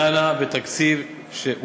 ועדת החריגים דנה בתקציב שאושר,